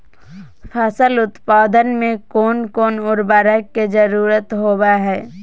फसल उत्पादन में कोन कोन उर्वरक के जरुरत होवय हैय?